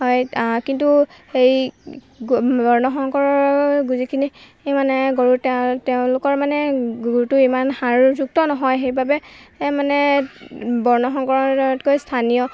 হয় কিন্তু হেৰি বৰ্ণ সংকৰৰ যিখিনি মানে গৰু তেওঁ তেওঁলোকৰ মানে গুৰটো ইমান সাৰযুক্ত নহয় সেইবাবে সেই মানে বৰ্ণসংকৰতকৈ স্থানীয়